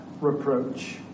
reproach